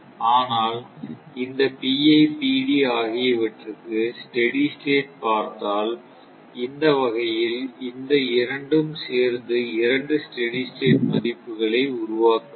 ஆனால் இந்த PI PID ஆகியவற்றுக்கு ஸ்டெடி ஸ்டேட் பார்த்ததால் இந்த வகையில் இந்த இரண்டும் சேர்ந்து இரண்டு ஸ்டெடி ஸ்டேட் மதிப்புகளை உருவாக்காது